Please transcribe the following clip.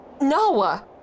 Noah